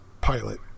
pilot